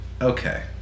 Okay